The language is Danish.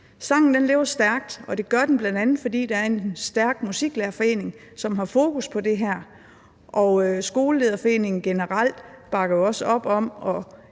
Sangen lever stærkt, og det gør den, bl.a. fordi der er en stærk musiklærerforening, som har fokus på det her, og fordi Skolelederforeningen generelt også bakker op om at